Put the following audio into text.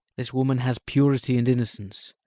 this woman has purity and innocence.